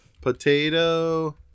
Potato